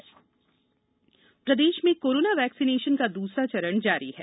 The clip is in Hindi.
प्रदेश कोरोना प्रदेश में कोरोना वैक्सीनेशन का दूसरा चरण जारी है